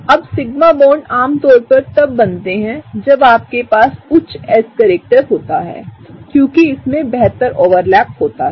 अब sigma bond आमतौर पर तब बनते हैं जब आपके पास उच्च s करैक्टर होता है क्योंकि इसमें बेहतर ओवरलैप होता है